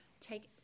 take